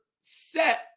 set